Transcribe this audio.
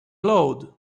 glowed